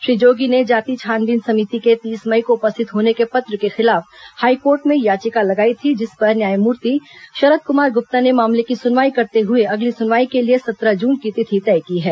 श्री जोगी ने जाति छानबीन समिति के तीस मई को उपस्थित होने के पत्र के खिलाफ हाईकोर्ट में याचिका लगाई थी जिस पर न्यायमूर्ति शरद कुमार गुप्ता ने मामले की सुनवाई करते हुए अगली सुनवाई के लिए सत्रह जून की तिथि तय की है